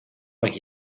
like